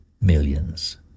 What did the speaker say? millions